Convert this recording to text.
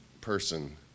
person